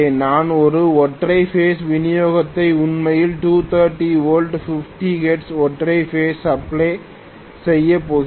நான் ஒரு ஒற்றை பேஸ் விநியோகத்தை உண்மையில் 230 வோல்ட் 50 ஹெர்ட்ஸ் ஒற்றை பேஸ் சப்ளை செய்யப் போகிறேன்